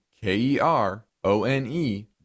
k-e-r-o-n-e